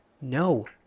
No